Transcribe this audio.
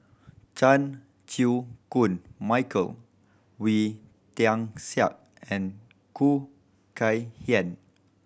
Chan Chew Koon Michael Wee Tian Siak and Khoo Kay Hian